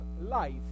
life